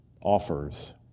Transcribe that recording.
offers